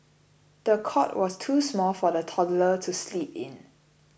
the cot was too small for the toddler to sleep in